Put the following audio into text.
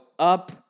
Up